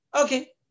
Okay